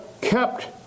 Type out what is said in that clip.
kept